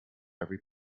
every